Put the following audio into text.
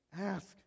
Ask